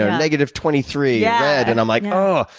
negative twenty three yeah red. and i'm like, oh.